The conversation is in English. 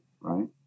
Right